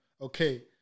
Okay